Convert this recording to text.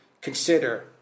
consider